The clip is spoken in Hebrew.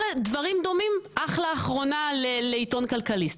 דברים דומים אך לאחרונה לעיתון כלכליסט,